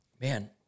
Man